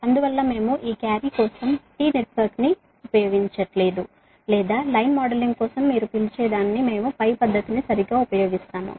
అందువల్ల మేము ఈ క్యారీ కోసం టి నెట్వర్క్ను ఉపయోగించము లేదా లైన్ మోడలింగ్ కోసం మీరు పిలిచేదాన్ని మేము పద్ధతిని సరిగ్గా ఉపయోగిస్తాము